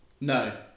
No